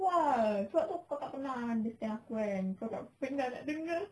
!wah! sebab tu kau tak pernah understand aku kan kau tak pernah nak dengar